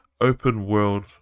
open-world